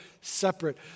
separate